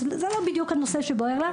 אז זה לא בדיוק הנושא שבוער לה.